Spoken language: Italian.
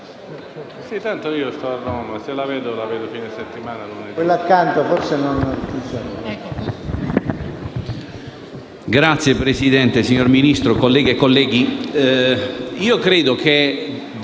Signor Presidente, signor Ministro, colleghe e colleghi, credo che da